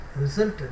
resulted